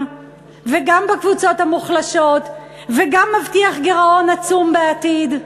ובקבוצות המוחלשות וגם מבטיח גירעון עצום בעתיד.